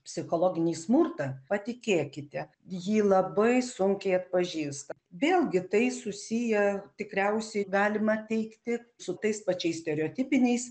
psichologinį smurtą patikėkite jį labai sunkiai atpažįsta vėlgi tai susiję tikriausiai galima teigti su tais pačiais stereotipiniais